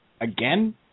Again